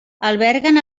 alberguen